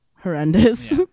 horrendous